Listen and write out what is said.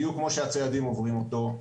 בדיוק כמו שהציידים עוברים אותו.